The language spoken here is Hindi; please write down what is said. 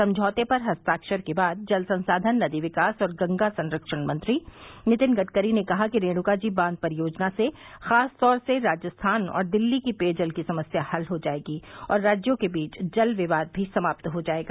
समझौते पर हस्ताक्षर के बाद जल संसाधन नदी विकास और गंगा संरक्षण मंत्री नितिन गडकरी ने कहा कि रेणुकाजी बांध परियोजना से खासतौर से राजस्थान और दिल्ली की पेयजल की समस्या हल हो जायेगी और राज्यों के बीच जल विवाद भी समाप्त हो जाएगा